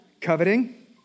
Coveting